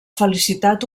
felicitat